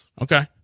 Okay